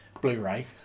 Blu-ray